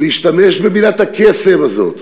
ולהשתמש במילת הקסם הזאת